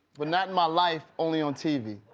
but not in my life, only on tv.